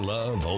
Love